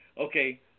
Okay